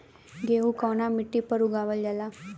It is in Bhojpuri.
गेहूं कवना मिट्टी पर उगावल जाला?